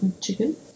Chicken